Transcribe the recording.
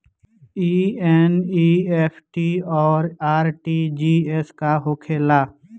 ई एन.ई.एफ.टी और आर.टी.जी.एस का होखे ला?